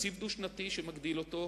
תקציב דו-שנתי שמגדיל אותו,